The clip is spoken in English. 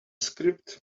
script